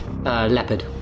Leopard